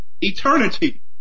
eternity